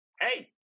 hey